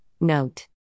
Note